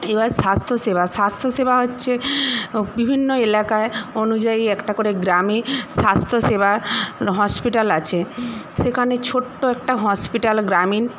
এবার স্বাস্থ্যসেবা স্বাস্থ্যসেবা হচ্ছে বিভিন্ন এলাকায় অনুযায়ী একটা করে গ্রামে স্বাস্থ্যসেবার হসপিটাল আছে সেখানে ছোট্ট একটা হসপিটাল গ্রামীণ